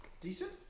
decent